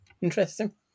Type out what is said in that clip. Interesting